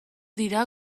dira